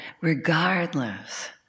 regardless